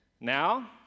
Now